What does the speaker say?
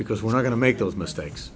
because we're not going to make those mistakes